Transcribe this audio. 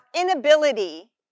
inability